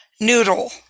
noodle